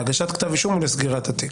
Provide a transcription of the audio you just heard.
להגשת כתב אישום או לסגירת התיק?